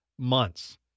months